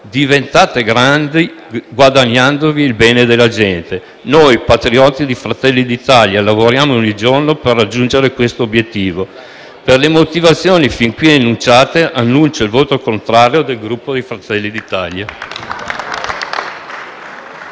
diventate grandi guadagnandovi il bene della gente. Noi, patrioti di Fratelli d'Italia, lavoriamo ogni giorno per raggiungere questo obiettivo. Per le motivazioni fin qui enunciate annuncio il voto contrario del Gruppo di Fratelli d'Italia.